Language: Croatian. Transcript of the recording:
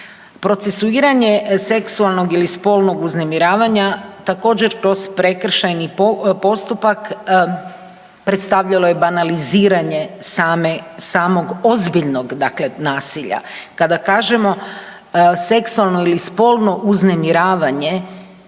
procesuiranje seksualnog ili spolnog uznemiravanja, također kroz prekršajni postupak predstavljalo je banaliziranje samog ozbiljnog dakle, nasilja. Kada kažemo seksualno ili spolno uznemiravanje